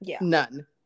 None